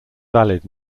valid